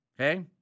Okay